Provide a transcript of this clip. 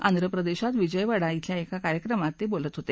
आंध्रप्रदेशात विजयवाडा इथल्या एका कार्यक्रमात ते बोलत होते